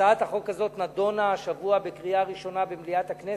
הצעת החוק הזאת נדונה השבוע בקריאה ראשונה במליאת הכנסת,